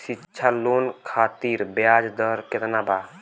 शिक्षा लोन खातिर ब्याज दर केतना बा?